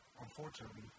unfortunately